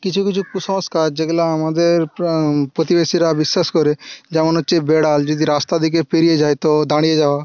কিছু কিছু কুসংস্কার যেগুলো আমাদের প্রতিবেশীরা বিশ্বাস করে যেমন হচ্ছে বেড়াল যদি রাস্তা থেকে পেরিয়ে যায় তো দাঁড়িয়ে যাওয়া